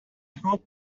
hope